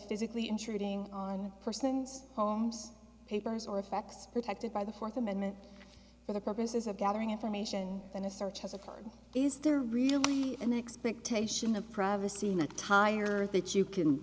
physically intruding on the person's home papers or effects protected by the fourth amendment for the purposes of gathering information and a search has occurred is there really an expectation of privacy in that tire that you can